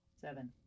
seven